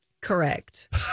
Correct